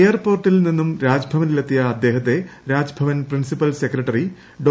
എയർപോർട്ടിൽ നിന്ന് രാജ്ഭവനിലെത്തിയ അദ്ദേഹത്തെ രാജ്ഭവൻ പ്രിൻസിപ്പൽ സെക്രട്ടറി ഡോ